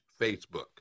Facebook